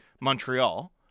Montreal